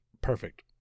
perfect